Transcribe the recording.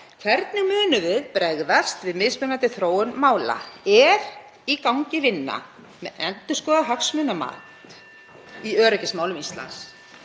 Hvernig munum við bregðast við mismunandi þróun mála? Er í gangi vinna með endurskoðað hagsmunamat í öryggismálum Íslands